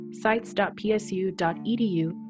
sites.psu.edu